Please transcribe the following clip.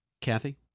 Kathy